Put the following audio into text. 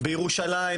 בירושלים,